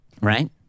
Right